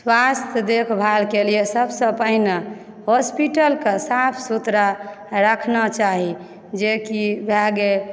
स्वास्थ्य देखभालके लिए सभसँ पहिने हॉस्पिटलकऽ साफ सुथरा रखना चाही जेकि भए गेल